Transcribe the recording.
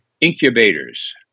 incubators